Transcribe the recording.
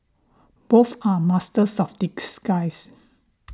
both are masters of disguise